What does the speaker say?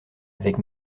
avec